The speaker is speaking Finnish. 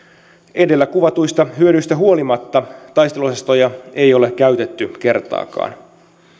edellä kuvatuista hyödyistä huolimatta taisteluosastoja ei ole käytetty kertaakaan